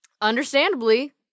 understandably